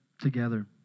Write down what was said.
together